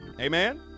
amen